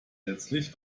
letztlich